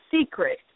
Secret